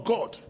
God